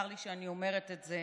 צר לי שאני אומרת את זה,